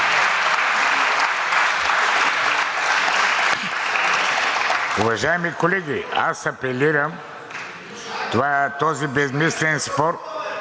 Уважаеми колеги, аз апелирам този безсмислен спор